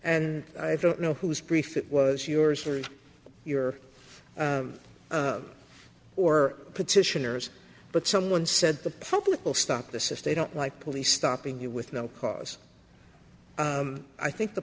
and i don't know who's brief it was yours or your or petitioner's but someone said the public will stop this if they don't like police stopping you with no cause i think the